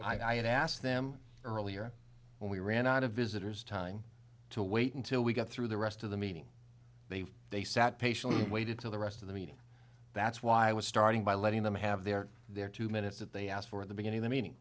i had asked them earlier and we ran out of visitors time to wait until we got through the rest of the meeting they they sat patiently waited till the rest of the meeting that's why i was starting by letting them have their their two minutes that they asked for at the beginning the meeting